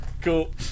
Cool